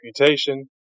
reputation